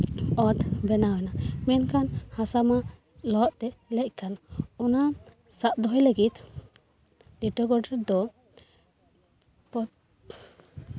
ᱚᱛ ᱵᱮᱱᱟᱣ ᱮᱱᱟ ᱢᱮᱱᱠᱷᱟᱱ ᱦᱟᱥᱟ ᱢᱟ ᱞᱚᱦᱚᱫ ᱛᱮ ᱞᱮᱜ ᱠᱟᱱ ᱚᱱᱟ ᱥᱟᱵ ᱫᱚᱦᱚᱭ ᱞᱟᱹᱜᱤᱫ ᱞᱤᱴᱟᱹ ᱜᱳᱰᱮᱛ ᱫᱚ